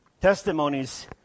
testimonies